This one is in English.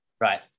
right